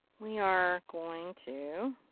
we are going to